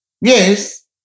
Yes